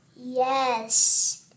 Yes